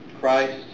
Christ